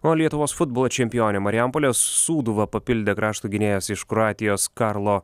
na o lietuvos futbolo čempionę marijampolės sūduvą papildė krašto gynėjas iš kroatijos karlo